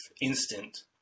instant